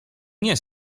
nie